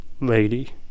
lady